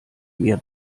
mehr